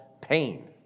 pain